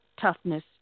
toughness